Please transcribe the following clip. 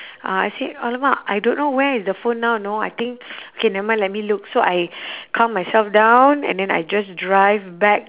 uh I said !alamak! I don't know where is the phone now know I think K never mind let me look so I calm myself down and then I just drive back